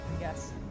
Yes